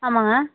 ஆமாங்க